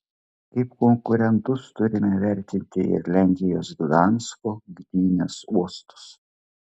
kaip konkurentus turime vertinti ir lenkijos gdansko gdynės uostus